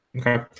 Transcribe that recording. Okay